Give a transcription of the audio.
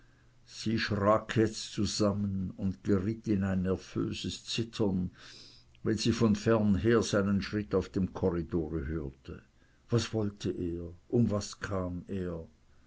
jetzt zusammen und geriet in ein nervöses zittern wenn sie von fern her seinen schritt auf dem korridore hörte was wollte er um was kam er